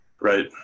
Right